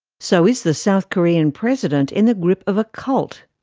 so is the south korean president in the grip of a cult?